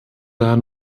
daher